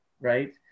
right